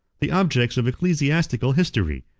the objects of ecclesiastical history,